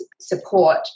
support